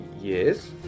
yes